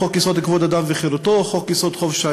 חוק-יסוד: כבוד האדם וחירותו וחוק-יסוד: